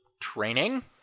training